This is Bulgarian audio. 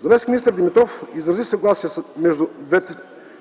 Заместник-министър Димитров изрази съгласие между двете